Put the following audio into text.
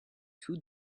two